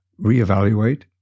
reevaluate